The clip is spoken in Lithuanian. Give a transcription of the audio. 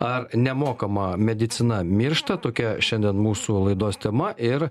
ar nemokama medicina miršta tokia šiandien mūsų laidos tema ir